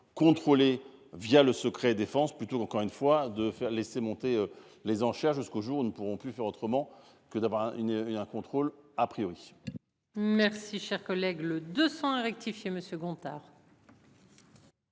Via le secret défense plutôt encore une fois de faire laisser monter les enchères. Jusqu'au jour où ne pourront plus faire autrement que d'avoir une une un contrôle a priori. Merci cher collègue. Le 200 a rectifié Monsieur Gontard.